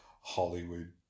Hollywood